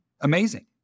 amazing